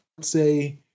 say